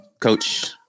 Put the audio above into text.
Coach